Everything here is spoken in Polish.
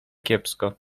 kiepsko